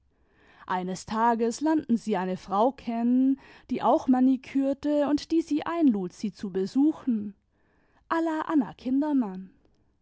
eines tages lernten sie eine frau kennen die auch manikürte und die sie einlud sie zu besuchen